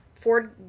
Ford